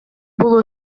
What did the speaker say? бул